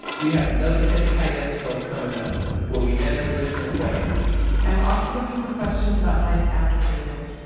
we have another catch a kite episode coming up where we answer listener questions and we're also looking for questions about life after prison.